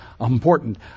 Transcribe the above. important